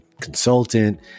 consultant